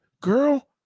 girl